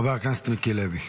חבר הכנסת מיקי לוי.